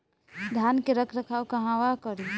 धान के रख रखाव कहवा करी?